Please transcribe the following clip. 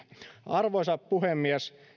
arvoisa puhemies